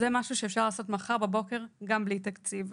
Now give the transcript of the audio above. זה משהו שאפשר לעשות מחר בבוקר, גם ללא תקציב.